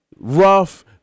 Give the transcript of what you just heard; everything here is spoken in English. rough